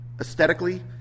aesthetically